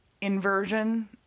Inversion